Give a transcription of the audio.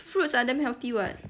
fruits are damn healthy [what]